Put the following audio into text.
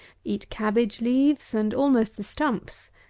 eat cabbage leaves, and almost the stumps.